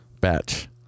batch